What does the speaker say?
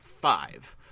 five